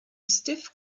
stiff